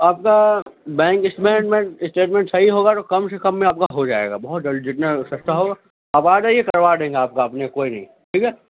آپ کا bank statement صحیح ہوگا تو کم سے کم میں آپ کا ہوجائے گا بہت جلد جتنا سستا ہوگا آپ آجائیے میں کروا دیں گے آپ کا اپنے کوئی نہیں ٹھیک ہے